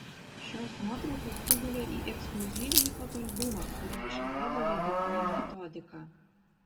šios nuotraukos sugulė į ekskliuzyvinį fotoalbumą kurį išleido leidykla metodika